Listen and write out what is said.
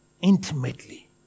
intimately